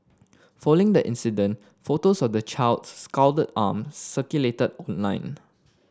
following the incident photos of the child's scalded arm circulated online